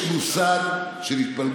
בסוף שנת 2019